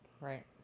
right